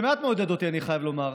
זה מאוד מעודד אותי, אני חייב לומר,